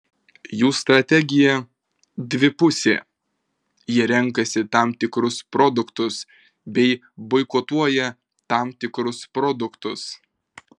jų strategija dvipusė jie renkasi tam tikrus produktus bei boikotuoja tam tikrus produktus